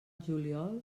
juliol